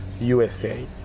USA